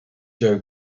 joe